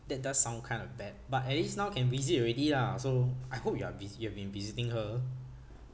that does sound kind of bad but at least now can visit already lah so I hope you are vis~ you have been visiting her